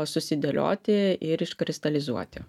susidėlioti ir iškristalizuoti